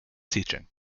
teaching